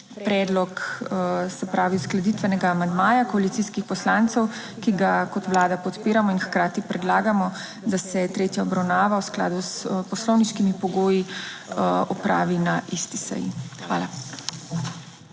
predlog, se pravi uskladitvenega amandmaja koalicijskih poslancev, ki ga kot Vlada podpiramo in hkrati predlagamo, da se tretja obravnava v skladu s poslovniškimi pogoji opravi na isti seji. Hvala.